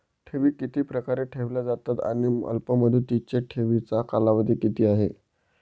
ठेवी किती प्रकारे ठेवल्या जातात आणि अल्पमुदतीच्या ठेवीचा कालावधी किती आहे?